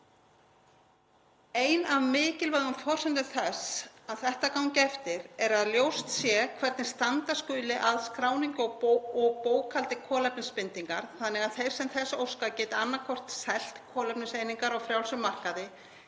Ein af mikilvægum forsendum þess að þetta gangi eftir er að ljóst sé hvernig standa skuli að skráningu og bókhaldi kolefnisbindingar þannig að þeir sem þess óska geti annaðhvort selt kolefniseiningar á frjálsum markaði